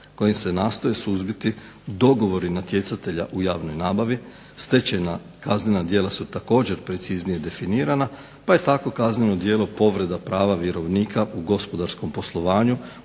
kojom se nastoje suzbiti dogovori natjecatelja u javnoj nabavi, stečajna kaznena djela su također preciznije definirana pa je tako kazneno djelo povreda prava vjerovnika u gospodarskom poslovanju